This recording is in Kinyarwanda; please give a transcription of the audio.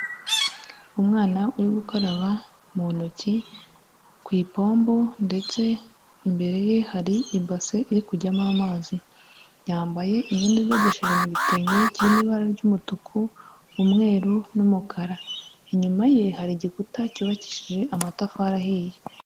Umwana uri gukaraba mu ntoki ku ipombo ndetse imbere ye hari ibase iri kujyamo amazi, yambaye imyenda idodesheje mu gitenge kirimo ibara ry'umutuku, umweru n'umukara, inyuma ye hari igikuta cyubakishije amatafari ahiye.